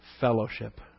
fellowship